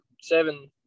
seven